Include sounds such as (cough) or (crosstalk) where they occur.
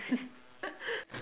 (laughs)